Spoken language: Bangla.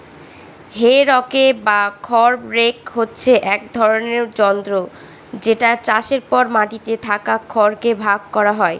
হে রকে বা খড় রেক হচ্ছে এক ধরনের যন্ত্র যেটা চাষের পর মাটিতে থাকা খড় কে ভাগ করা হয়